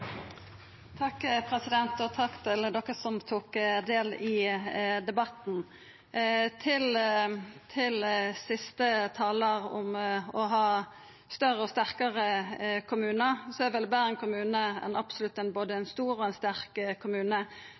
Takk til dei som tok del i debatten. Til siste talar: Når det gjeld å ha større og sterkare kommunar, er vel Bergen kommune absolutt både ein stor og ein sterk kommune.